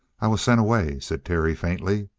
i was sent away, said terry faintly,